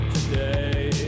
Today